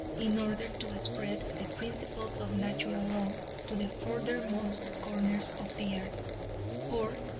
in order to spread the principles of natural law to the furthermost corners of the earth or,